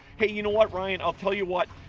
hey, you know what ryan? i'll tell you what,